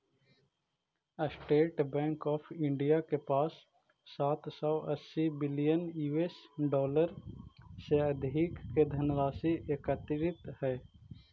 state Bank of India के पास सात सौ अस्सी बिलियन यूएस डॉलर से अधिक के धनराशि एकत्रित हइ